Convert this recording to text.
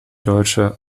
deutsche